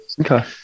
Okay